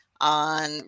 on